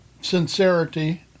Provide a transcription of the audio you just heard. Sincerity